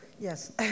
yes